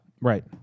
right